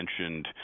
mentioned